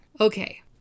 Okay